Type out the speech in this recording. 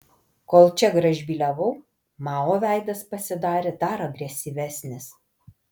kol čia gražbyliavau mao veidas pasidarė dar agresyvesnis